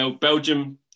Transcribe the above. Belgium